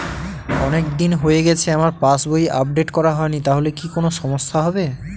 অনেকদিন হয়ে গেছে আমার পাস বই আপডেট করা হয়নি তাহলে কি কোন সমস্যা হবে?